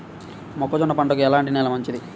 మొక్క జొన్న పంటకు ఎలాంటి నేల మంచిది?